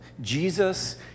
Jesus